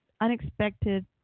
unexpected